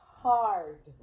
hard